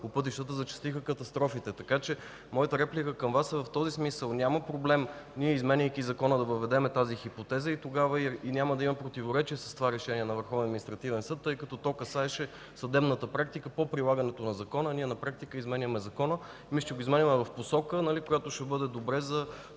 по пътищата зачестиха катастрофите. Така че моята реплика към Вас е в този смисъл – няма проблем, изменяйки закона, да въведем тази хипотеза. Тогава няма да има противоречие с това Решение на Върховния административен съд, тъй като то касаеше съдебната практика по прилагането на Закона, а ние на практика изменяме Закона. Мисля, че го изменяме в посока, която ще бъде добра за